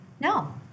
no